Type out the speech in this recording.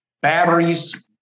batteries